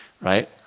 right